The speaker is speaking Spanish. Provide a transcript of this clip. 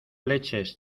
leches